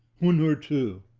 one or two.